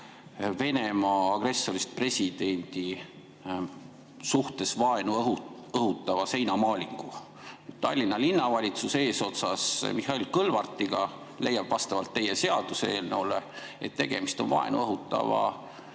Venemaa agressorist presidendi suhtes vaenu õhutava seinamaalingu. Tallinna Linnavalitsus eesotsas Mihhail Kõlvartiga leiab vastavalt teie seaduseelnõule, et tegemist on vaenu õhutava hoone